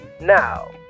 now